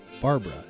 Barbara